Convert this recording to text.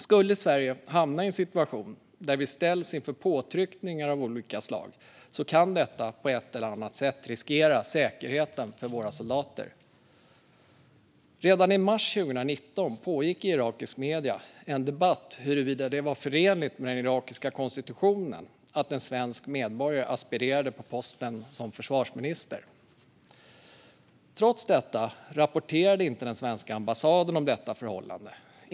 Skulle Sverige hamna i en situation där vi ställs inför påtryckningar av olika slag kan detta på ett eller annat sätt riskera säkerheten för våra soldater. Redan i mars 2019 pågick i irakiska medier en debatt om huruvida det var förenligt med den irakiska konstitutionen att en svensk medborgare aspirerade på posten som försvarsminister. Trots detta rapporterade inte den svenska ambassaden om detta förhållande.